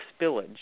spillage